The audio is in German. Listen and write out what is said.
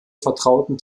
vertrauten